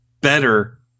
better